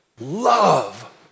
love